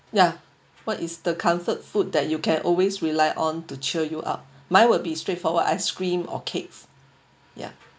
ya what is the comfort food that you can always rely on to cheer you up mine will be straightforward ice cream or cakes ya